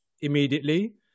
immediately